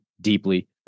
deeply